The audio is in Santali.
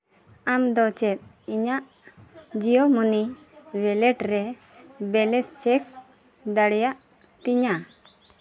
ᱟᱢᱫᱚ ᱪᱮᱫ ᱤᱧᱟᱹᱜ ᱡᱤᱭᱳ ᱢᱟᱹᱱᱤ ᱵᱟᱞᱮᱴ ᱨᱮ ᱵᱮᱞᱮᱱᱥ ᱪᱮᱠ ᱫᱟᱲᱮᱭᱟᱜ ᱛᱤᱧᱟᱹ